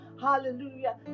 hallelujah